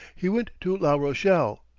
he went to la rochelle,